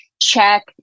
check